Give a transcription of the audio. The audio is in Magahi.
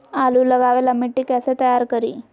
आलु लगावे ला मिट्टी कैसे तैयार करी?